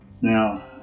Now